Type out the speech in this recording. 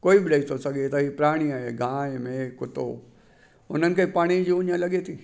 कोई बि ॾेई थो सघे हिता ई प्राणी आहे गांहि मेहं कुतो उन्हनि खे पाणी जी उञ लॻे ती